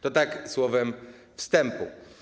To tak słowem wstępu.